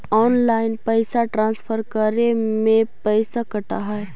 Online पैसा transfer करे में पैसा कटा है?